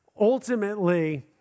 Ultimately